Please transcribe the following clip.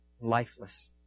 lifeless